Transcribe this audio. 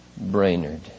Brainerd